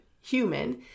human